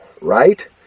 right